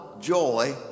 joy